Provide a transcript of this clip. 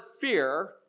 fear